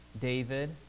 David